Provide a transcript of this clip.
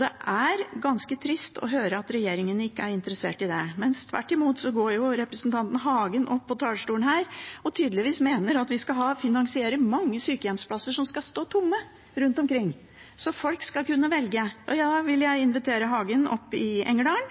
Det er ganske trist å høre at regjeringen ikke er interessert i det. Tvert imot går representanten Hagen opp på talerstolen og mener tydeligvis at vi skal finansiere mange sykehjemsplasser som skal stå tomme rundt omkring – så folk skal kunne velge. Da vil jeg invitere Hagen til Engerdal